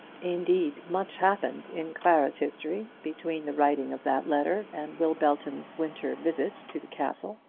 indeed, much happened in clara's history between the writing of that letter and will belton's winter visit to the castle.